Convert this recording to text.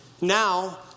Now